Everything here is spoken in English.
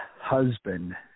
husband